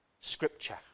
Scripture